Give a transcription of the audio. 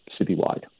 citywide